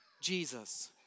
Jesus